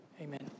Amen